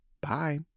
bye